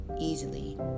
easily